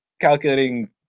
calculating